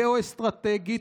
גיאו-אסטרטגית,